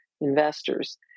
investors